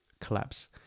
collapse